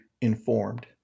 informed